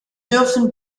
dürfen